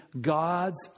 God's